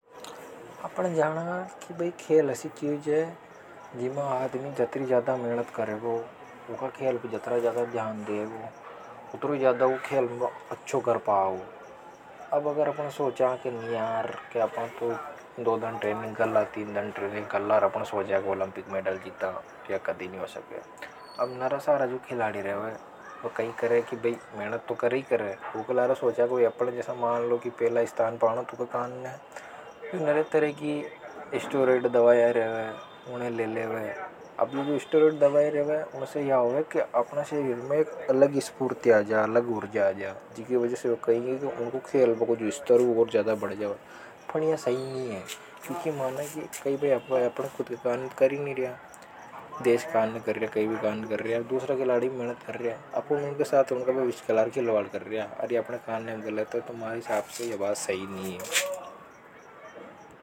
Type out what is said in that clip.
अपन जाना की खेल असी चीज है। जिमें आदमी जत्री ज्यादा मेहनत करेगा ऊका खेल पे जात्रों ज्यादा ध्यान देगो उतरो ही ज्यादा ऊ खेल है अच्छों कर पा गो। की अगर अपन सोचा की अपन तो दो दन ट्रेनिंग कर ला तीन दन ट्रेनिंग कर ला अपन सोचा की ओलम्पिक मेडल जीता। या कदी नी हो सके नरा सारा खिलाड़ी जो रेवे वो कई सोचे कि मेहनत तो करई करी ऊके साथ। नरा तरेगी स्ट्राइड दवाईयां रेवे उन्हें ले लेवे। अब वे स्ट्राइड दवाईयां रेवे उसे या होवे की अपने शरीर में अलग स्फूर्ति आ जा अलग ही ऊर्जा आ जा। जीकी वजह से ऊके ख़्ल्बा को स्तर भी बहुत जायदा बढ़ जा। पन या सही नी है। की अपन खुद के काने तो कर ही नी रिया देश काने कर रिया दूसरा काने कर रिया। दूसरा खिलाड़ी भी मेहनत कर रिया। वे अपने साथ गलत कर रिया तो मारे हिसाब से या बात सही नी है।